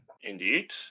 indeed